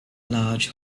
large